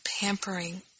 pampering